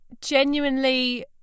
genuinely